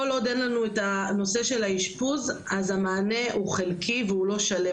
כל עוד אין לנו את הנושא של האשפוז אז המענה הוא חלקי והוא לא שלם,